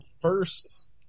first